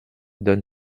donne